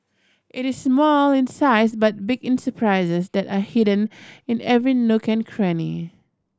it is small in size but big in surprises that are hidden in every nook and cranny